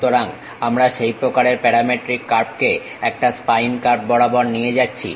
সুতরাং আমরা সেই প্রকারের প্যারামেট্রিক কার্ভকে একটা স্পাইন কার্ভ বরাবর নিয়ে যাচ্ছি